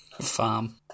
Farm